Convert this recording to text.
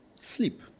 Sleep